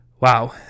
Wow